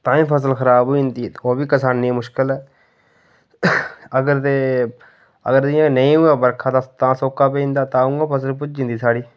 तां बी फसल खराब होई जंदी ओह् बी किसाने गी मुश्कल ऐ अगर जियां नेईं होए बरखा तां सौका पेई जंदा तां उयां फसल भुज्जी जंदी साढ़ी